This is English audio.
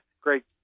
Great